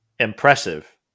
impressive